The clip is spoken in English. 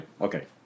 Okay